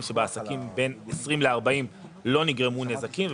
שבעסקים בין 20 ל-40 לא נגרמו נזקים.